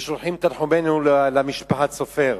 ושולחים את תנחומינו למשפחת סופר.